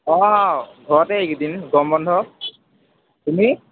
অ ঘৰতে এইকেইদিন গৰম বন্ধ তুমি